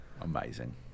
Amazing